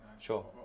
sure